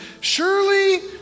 surely